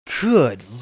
Good